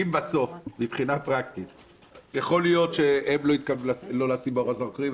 יכול להיות שהם לא התכוונו לא לשים באור הזרקורים.